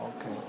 Okay